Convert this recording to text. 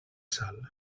sal